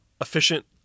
efficient